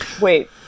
wait